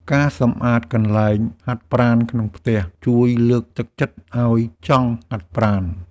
ការសម្អាតកន្លែងហាត់ប្រាណក្នុងផ្ទះ ជួយលើកទឹកចិត្តឱ្យចង់ហាត់ប្រាណ។